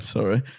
Sorry